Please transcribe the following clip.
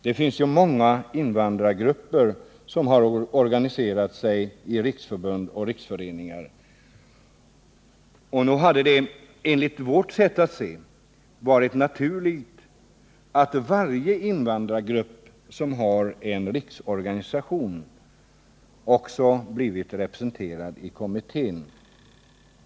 Det finns ju många invandrargrupper som har organiserat sig i riksförbund och riksföreningar. Nog hade det, enligt vårt sätt att se, varit naturligt att varje invandrargrupp som har en riksorganisation också hade varit representerad i kommittén.